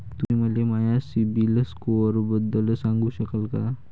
तुम्ही मले माया सीबील स्कोअरबद्दल सांगू शकाल का?